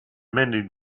mending